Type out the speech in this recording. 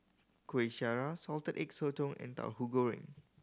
Kueh Syara Salted Egg Sotong and Tauhu Goreng